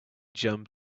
jump